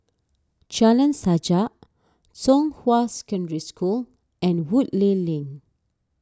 Jalan Sajak Zhonghua Secondary School and Woodleigh Lane